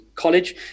college